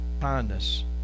kindness